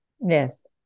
yes